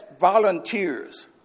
volunteers